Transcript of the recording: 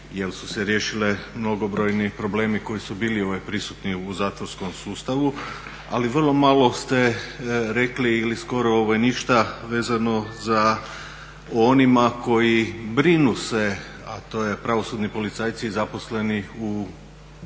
jer su se riješili mnogobrojni problemi koji su bili prisutni u zatvorskom sustavu. Ali vrlo malo ste rekli ili skoro ništa vezano za, o onima koji brinu se a to je pravosudni policajci i zaposleni u tom sustavu.